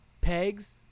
pegs